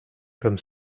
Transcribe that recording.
comme